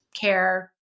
care